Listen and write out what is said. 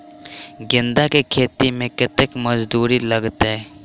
गेंदा केँ खेती मे कतेक मजदूरी लगतैक?